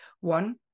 One